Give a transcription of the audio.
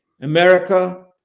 America